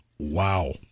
Wow